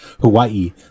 Hawaii